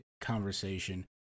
conversation